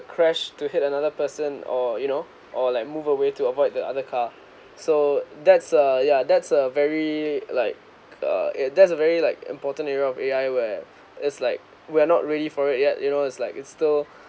crash to hit another person or you know or like move away to avoid the other car so that's uh yeah that's a very like uh that's very like important area of A_I where it's like we are not ready for it yet you know it's like it's still